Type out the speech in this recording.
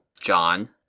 John